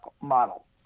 model